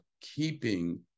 keeping